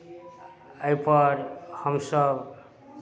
एहिपर हमसभ